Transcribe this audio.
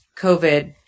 COVID